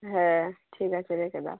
হ্যাঁ ঠিক আছে রেখে দাও